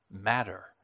matter